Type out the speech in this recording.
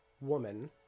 woman